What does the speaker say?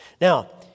Now